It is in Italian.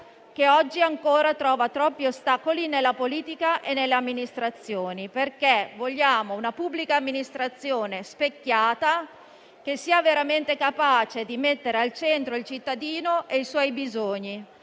che oggi ancora trova troppi ostacoli nella politica e nelle amministrazioni. Vogliamo una pubblica amministrazione specchiata, che sia veramente capace di mettere al centro il cittadino e i suoi bisogni.